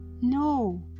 No